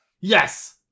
yes